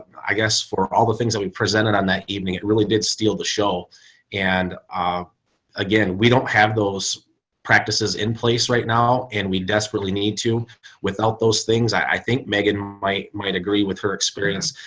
i guess for all the things that we presented on that evening, it really did steal the show and ah again, we don't have those practices in place right now and we desperately need to without those things, i think, megan might might agree with her experience.